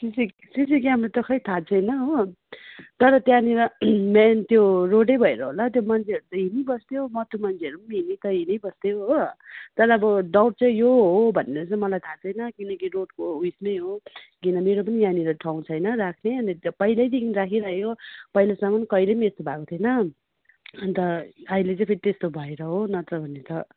cc CC camera त खोइ थाहा छैन हो तर त्यहाँनिर मेन त्यो रोडै भएर होला त्यो मान्छेहरू त हिँडिबस्थ्यो मत्थु मान्छेहरू हिँड्नु त हिँडिबस्थ्यो हो तर अब डाउट चाहिँ यो हो भनेर चाहिँ मलाई अब थाहा छैन किनकि रोडको उयोसमै हो किन मेरो पनि यहाँनिर ठाँउ छैन राख्ने अनि त्यहाँ पहिल्यैदेखि राखिरह्यो पहिलासम्म कहिल्यै पनि यस्तो भएको थिएन अन्त अहिले चाहिँ फेरि त्यस्तो भएर हो नत्र भने त